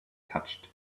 touched